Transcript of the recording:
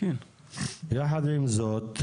יחד עם זאת,